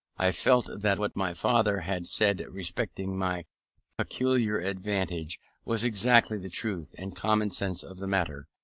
i felt that what my father had said respecting my peculiar advantages was exactly the truth and common sense of the matter,